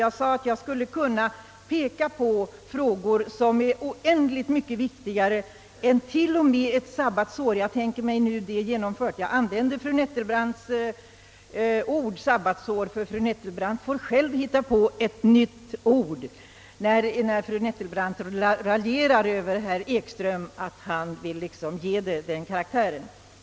Jag sade att jag skulle kunna peka på frågor som är oändligt mycket viktigare än t.o.m. ett sabbatsår — jag använder fru Nettelbrandts ord sabbatsår. Fru Nettelbrandt får själv hitta på ett nytt ord, eftersom hon raljerar över att herr Ekström vill ge det den karaktären.